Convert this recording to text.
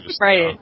right